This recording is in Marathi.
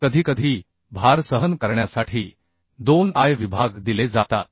कधीकधी भार सहन करण्यासाठी दोन I विभाग दिले जातात